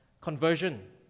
conversion